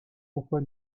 pourquoi